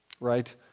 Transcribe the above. Right